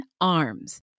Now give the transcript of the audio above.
arms